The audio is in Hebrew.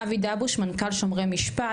אבי דבוש מנכ"ל שומרי משפט,